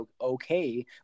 okay